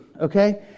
Okay